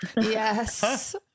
Yes